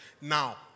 Now